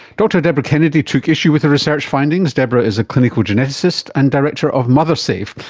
dr debra kennedy took issue with the research findings. debra is a clinical geneticist and director of mothersafe,